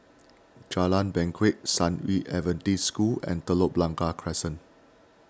Jalan banquet San Yu Adventist School and Telok Blangah Crescent